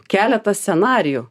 keletą scenarijų